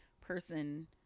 person